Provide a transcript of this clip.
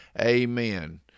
Amen